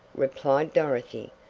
replied dorothy,